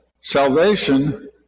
salvation